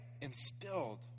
instilled